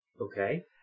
Okay